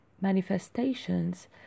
manifestations